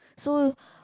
so